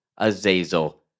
Azazel